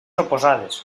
oposades